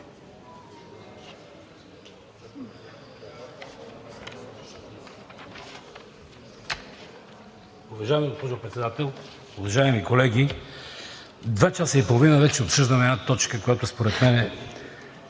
Уважаема госпожо Председател, уважаеми колеги! Два часа и половина вече обсъждаме една точка, която според мен се